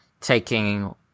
taking